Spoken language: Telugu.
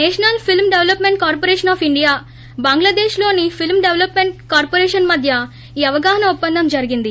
national silk development corporation India బంగ్లాదేశ్లోని ఫిల్క్ డెవలప్మెంట్ కార్చొరేషన్ మధ్య ఈ అవగాహన ఒప్పందం జరిగింది